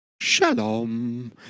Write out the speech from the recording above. Shalom